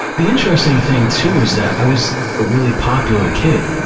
the interesting thing, too, is that i was a really popular kid.